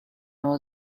know